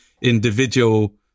individual